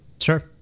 Sure